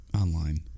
online